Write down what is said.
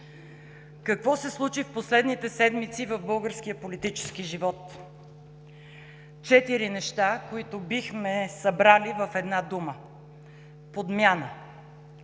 Какво се случи в последните седмици в българския политически живот? Четири неща, които бихме събрали в една дума – подмяна.